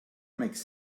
makes